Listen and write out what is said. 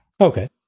Okay